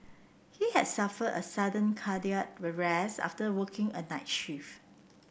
he had suffered a sudden cardiac arrest after working a night shift